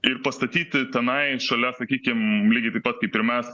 ir pastatyti tenai šalia sakykim lygiai taip pat kaip ir mes